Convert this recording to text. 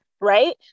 right